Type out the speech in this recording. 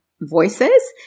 voices